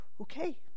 Okay